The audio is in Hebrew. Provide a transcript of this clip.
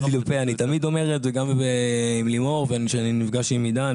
אני תמיד אומר את זה גם עם לימור וכשאני נפגש עם עידן,